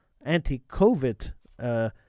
anti-COVID